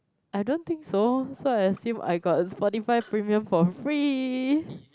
I don't think so so I assume I got Spotify premium for free